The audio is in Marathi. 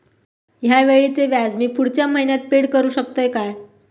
हया वेळीचे व्याज मी पुढच्या महिन्यात फेड करू शकतय काय?